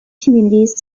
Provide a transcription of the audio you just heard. communities